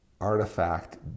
artifact